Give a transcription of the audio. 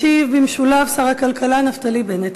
ישיב, במשולב, שר הכלכלה נפתלי בנט.